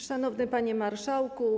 Szanowny Panie Marszałku!